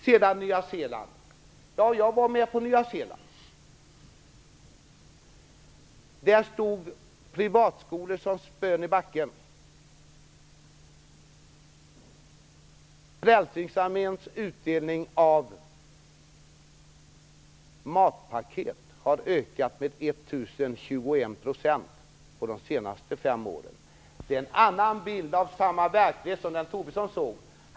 Det är riktigt att jag var med i Nya Zeeland. Där stod privatskolorna som spön i backen. Samtidigt har 1 021 % de senaste fem åren. Det är en annan bild av samma verklighet som den Lars Tobisson såg.